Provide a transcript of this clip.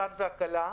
והכלה